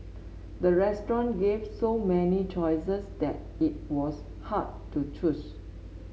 the restaurant gave so many choices that it was hard to choose